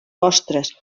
postres